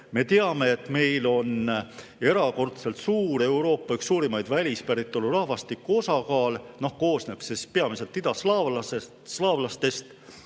Me teame, et meil on erakordselt suur, üks Euroopa suurimaid välispäritolu rahvastiku osakaale. See koosneb peamiselt idaslaavlastest.